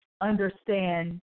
understand